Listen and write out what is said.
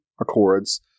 accords